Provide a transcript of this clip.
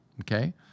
okay